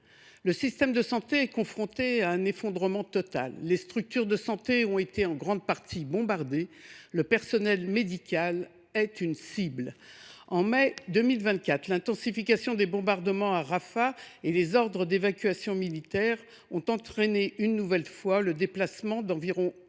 Le système de santé est confronté à un effondrement total. Les structures de santé ont été en grande partie bombardées. Le personnel médical est une cible. Au mois de mai 2024, l’intensification des bombardements à Rafah et les ordres d’évacuation militaire ont entraîné, une nouvelle fois, le déplacement d’environ un